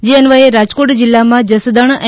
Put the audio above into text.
જે અન્વયે રાજકોટ જિલ્લામાં જસદણ એ